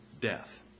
death